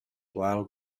while